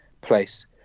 place